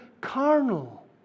carnal